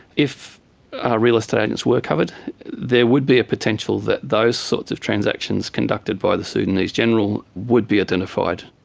if real estate agents were covered there would be a potential that those sorts of transactions conducted by the sudanese general would be identified.